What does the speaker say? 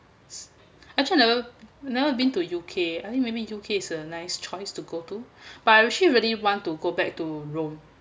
actually I never never been to U_K I think maybe U_K is a nice choice to go to but I actually really wanted to go back to rome